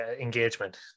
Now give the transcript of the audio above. engagement